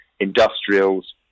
industrials